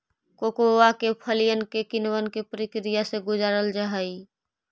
cocoa के फलियन के किण्वन के प्रक्रिया से गुजारल जा हई